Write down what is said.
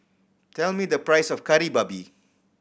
tell me the price of Kari Babi